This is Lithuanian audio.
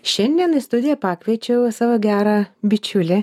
šiandien į studiją pakviečiau savo gerą bičiulį